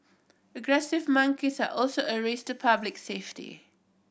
aggressive monkeys are also a risk to public safety